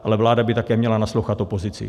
Ale vláda by také měla naslouchat opozici.